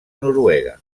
noruega